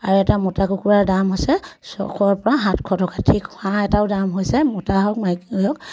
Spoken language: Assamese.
আৰু এটা মতা কুকুৰাৰ দাম হৈছে ছশৰ পৰা সাতশ টকা ঠিক হাঁহ এটাৰো দাম হৈছে মতা হওক মাইকী হওক